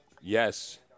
Yes